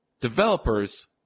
developers